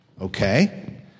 Okay